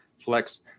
flex